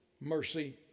mercy